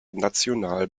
national